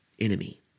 enemy